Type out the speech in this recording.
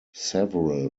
several